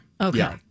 Okay